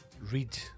Read